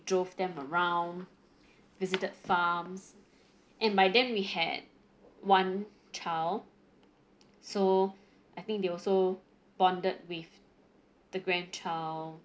drove them around visited farms and by then we had one child so I think they also bonded with the grandchild